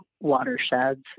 watersheds